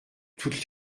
toutes